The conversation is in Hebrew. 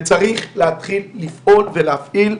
וצריך להתחיל לפעול ולהפעיל.